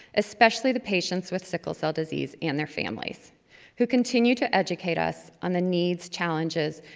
especially the patients with sickle cell disease and their families who continue to educate us on the needs, challenges,